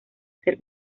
ser